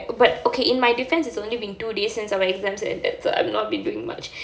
but okay in my defence it's only been two days since my exams ended so I've not been doing much